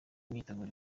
imyiteguro